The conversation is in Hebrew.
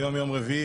היום יום רביעי,